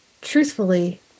Truthfully